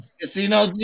Casino